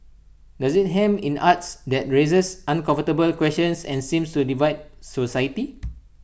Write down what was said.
does IT hem in arts that raises uncomfortable questions and seems to divide society